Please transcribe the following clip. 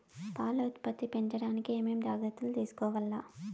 పాల ఉత్పత్తి పెంచడానికి ఏమేం జాగ్రత్తలు తీసుకోవల్ల?